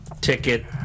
ticket